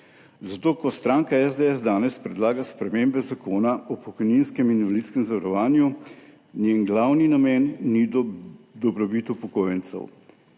Ko stranka SDS danes predlaga spremembe Zakona o pokojninskem in invalidskem zavarovanju, njen glavni namen ni dobrobit upokojencev,